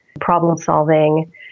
problem-solving